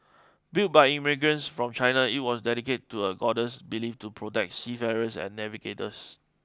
built by immigrants from China it was dedicated to a goddess believed to protect seafarers and navigators